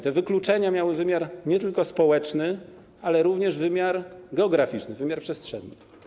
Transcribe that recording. Te wykluczenia miały wymiar nie tylko społeczny, ale również wymiar geograficzny, wymiar przestrzenny.